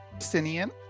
Justinian